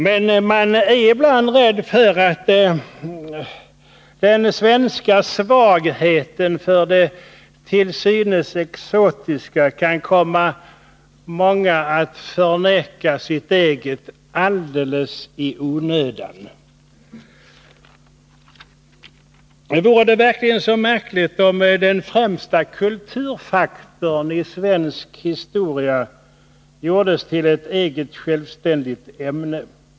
Men jag är rädd för att den svenska svagheten för det till synes exotiska kan få många att förneka sitt eget alldeles i onödan. Vore det verkligen så märkligt om den främsta kulturfaktorn i svensk historia gjordes till ett självständigt ämne?